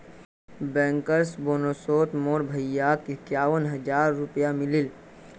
bankers बोनसोत मोर भाईक इक्यावन हज़ार रुपया मिलील